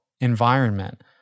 environment